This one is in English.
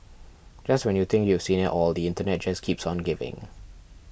just when you think you've seen it all the internet just keeps on giving